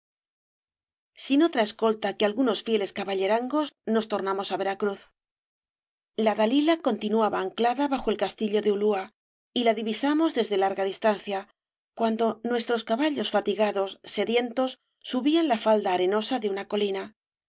in otra escolta que algunos fieles caballerangos nos tornamos á veracruz la dalila continuaba anclada bajo el castillo de ulua y la divisamos desde larga distancia cuando nuestros caballos fatigados sedientos subían la falda arenosa de una colina